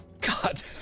God